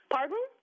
Pardon